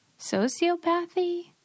Sociopathy